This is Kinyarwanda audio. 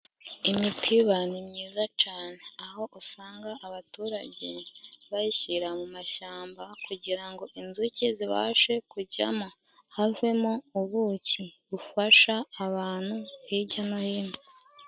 Imitiba ni myiza cane, aho usanga abaturage bayishira mu mashamba kugira ngo inzuki zibashe kujyamo havemo ubuki ,bufasha abantu hijya no hino.